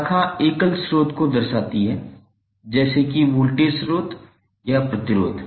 शाखा एकल स्रोतको दर्शाती है जैसे कि वोल्टेज स्रोत या प्रतिरोध